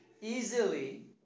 easily